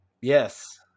Yes